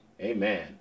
Amen